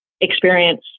experience